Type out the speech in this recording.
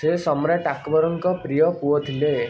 ସେ ସମ୍ରାଟ ଆକବରଙ୍କ ପ୍ରିୟ ପୁଅ ଥିଲେ